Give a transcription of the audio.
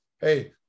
hey